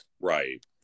right